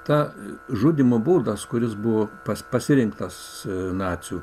ta žudymo būdas kuris buvo pasirinktas nacių